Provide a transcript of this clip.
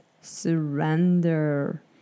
surrender